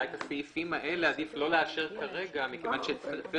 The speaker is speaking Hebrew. אולי את הסעיפים האלה עדיף לא לאשר כרגע מכיוון שצריך